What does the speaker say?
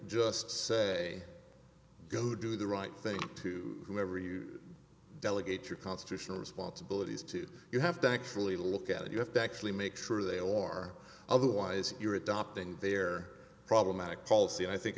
just say go do the right thing to whomever you delegate your constitutional responsibilities to you have to actually look at it you have to actually make sure they or otherwise you're adopting their problematic policy i think